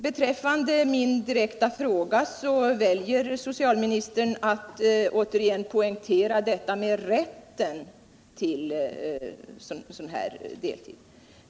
Beträftande min direkta fråga väljer socialministern att återigen poängtera rätten till deltid.